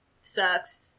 sucks